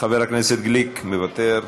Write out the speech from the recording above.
חבר הכנסת גליק, מוותר,